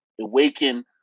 awaken